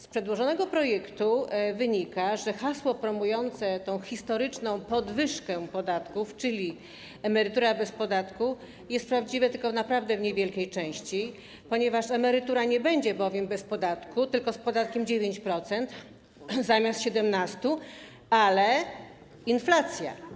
Z przedłożonego projektu wynika, że hasło promujące tę historyczną podwyżkę podatków, czyli emerytura bez podatku, jest prawdziwe tylko naprawdę w niewielkiej części, ponieważ emerytura nie będzie bez podatku, tylko z podatkiem 9%, zamiast 17%, ale jest inflacja.